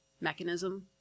mechanism